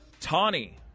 Tawny